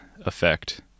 effect